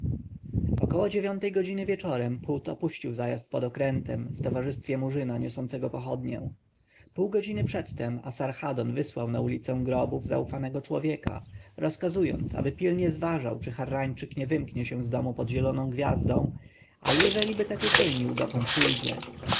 około dziewiątej godziny wieczorem phut opuścił zajazd pod okrętem w towarzystwie murzyna niosącego pochodnię pół godziny przedtem asarhadon wysłał na ulicę grobów zaufanego człowieka rozkazując aby pilnie zważał czy harrańczyk nie wymknie się z domu pod zieloną gwiazdą a jeżeliby tak uczynił dokąd pójdzie